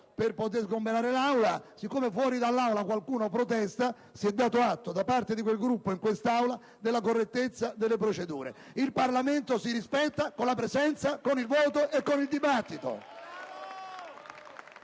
per poter sgomberare l'Aula. Siccome fuori dall'Aula qualcuno protesta, si è dato atto da parte di quel Gruppo in quest'Aula della correttezza delle procedure. Il Parlamento si rispetta con la presenza, con il voto e con il dibattito.